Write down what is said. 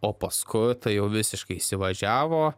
o paskui tai jau visiškai įsivažiavo